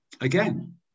again